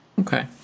okay